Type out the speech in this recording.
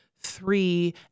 three